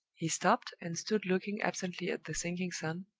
he stopped, and stood looking absently at the sinking sun,